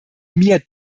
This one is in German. mir